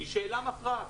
היא שאלה מכרעת.